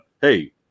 hey